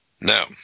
Now